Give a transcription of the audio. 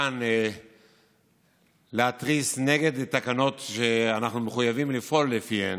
כאן להתריס נגד תקנות שאנחנו מחויבים לפעול לפיהן,